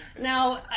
Now